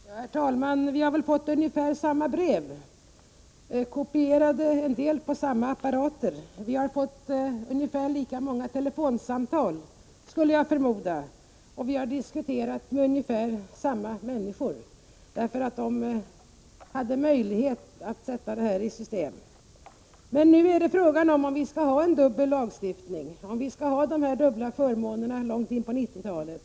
Herr talman! Vi har väl fått ungefär samma brev, en del kopierade på samma apparater. Vi har fått ungefär lika många telefonsamtal, skulle jag förmoda, och diskuterat med ungefär samma människor — därför att de hade möjlighet att sätta detta i system. Men nu gäller det om vi skall ha dubbel lagstiftning och om vi skall ha dubbla förmåner långt in på 1990-talet.